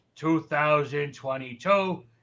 2022